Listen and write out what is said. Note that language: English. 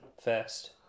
first